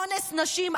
אונס נשים,